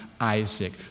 Isaac